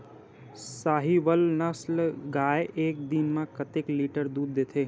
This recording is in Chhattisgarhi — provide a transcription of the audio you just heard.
साहीवल नस्ल गाय एक दिन म कतेक लीटर दूध देथे?